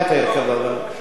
לא, ועדה משותפת.